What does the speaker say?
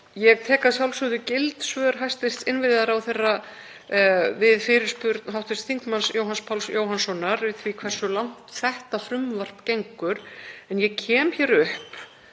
Ég tek að sjálfsögðu gild svör hæstv. innviðaráðherra við fyrirspurn hv. þm. Jóhanns Páls Jóhannssonar um það hversu langt þetta frumvarp gengur. En ég kem hér upp